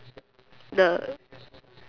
the